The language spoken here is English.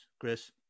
Chris